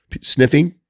sniffing